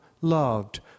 loved